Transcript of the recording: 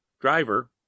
Driver